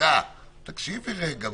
תקשיבי רגע.